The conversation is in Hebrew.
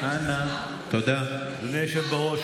אדוני היושב בראש,